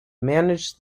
manage